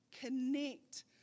Connect